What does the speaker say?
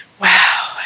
Wow